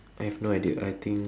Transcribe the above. I have no idea I think